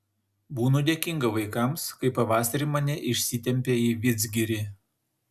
būnu dėkinga vaikams kai pavasarį mane išsitempia į vidzgirį